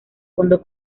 fondo